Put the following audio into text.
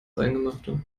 eingemachte